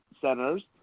centers